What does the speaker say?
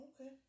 Okay